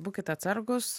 būkit atsargūs